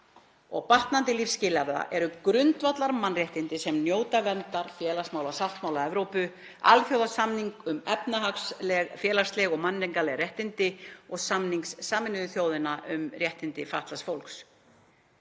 og batnandi lífsskilyrða, eru grundvallarmannréttindi sem njóta verndar félagsmálasáttmála Evrópu, alþjóðasamnings um efnahagsleg, félagsleg og menningarleg réttindi og samnings Sameinuðu þjóðanna um réttindi fatlaðs fólks.